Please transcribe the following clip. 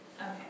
Okay